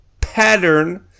pattern